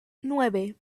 nueve